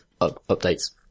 updates